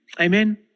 Amen